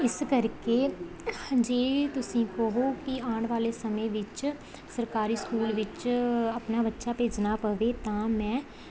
ਇਸ ਕਰਕੇ ਜੇ ਤੁਸੀਂ ਕਹੋ ਕਿ ਆਉਣ ਵਾਲੇ ਸਮੇਂ ਵਿੱਚ ਸਰਕਾਰੀ ਸਕੂਲ ਵਿੱਚ ਆਪਣਾ ਬੱਚਾ ਭੇਜਣਾ ਪਵੇ ਤਾਂ ਮੈਂ